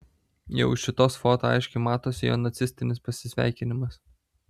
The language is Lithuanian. jau iš šitos foto aiškiai matosi jo nacistinis pasisveikinimas